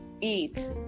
eat